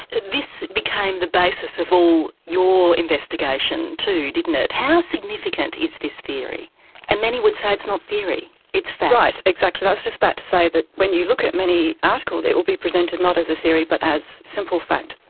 this became the basis of all your investigation too, didn't it? how significant is this theory and many would say it's not theory, it's fact? right, exactly, i was just about to say when you look at many articles it will be presented not as a theory but as simple fact.